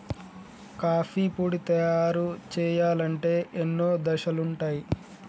coffee పొడి తయారు చేయాలంటే ఎన్నో దశలుంటయ్